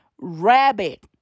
rabbit